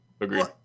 Agreed